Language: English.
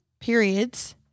periods